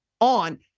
on